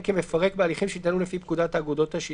כמפרק בהליכים שהתנהלו לפי פקודת האגודות השיתופיות,".